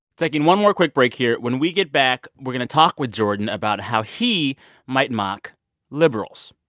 taking one more quick break here. when we get back, we're going to talk with jordan about how he might mock liberals.